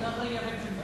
יישאר לנצח מרחב ערבי.